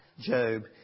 Job